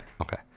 okay